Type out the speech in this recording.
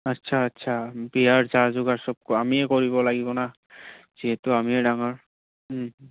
আচ্ছা আচ্ছা বিয়াৰ যা যোগাৰ চব আমিয়ে কৰিব লাগিব ন যিহেতু আমিয়ে ডাঙৰ